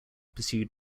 pursued